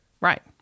Right